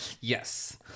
Yes